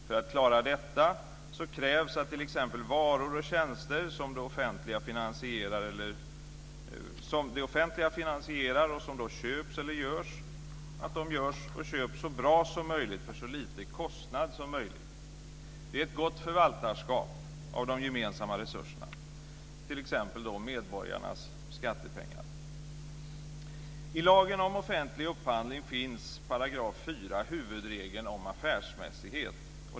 För att klara detta krävs att t.ex. varor och tjänster som det offentliga finansierar och som köps eller görs, köps och görs så bra som möjligt för så liten kostnad som möjligt. Det är ett gott förvaltarskap av de gemensamma resurserna, t.ex. medborgarnas skattepengar. I lagen om offentlig upphandling finns i § 4 huvudregeln om affärsmässighet.